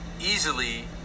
easily